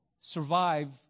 survive